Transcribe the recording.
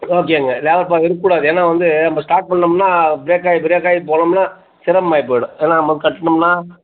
ஓகேங்க லேப்பாக இருக்கக் கூடாது ஏன்னால் வந்து நம்ம ஸ்டார்ட் பண்ணோம்னால் ப்ரேக் ஆகி ப்ரேக் ஆகி போனோம்னால் சிரமமாகிப் போய்விடும் ஏன்னால் நம்ம கட்டினம்னா